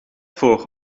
voor